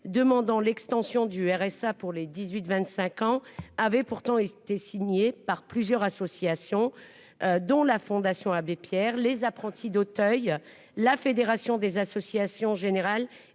demandant l'extension du RSA pour les 18 25 ans avait pourtant été signé par plusieurs associations, dont la Fondation Abbé Pierre, les apprentis d'Auteuil, la Fédération des associations générales